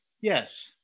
Yes